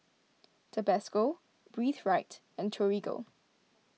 Tabasco Breathe Right and Torigo